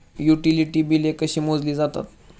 Utility बिले कशी मोजली जातात?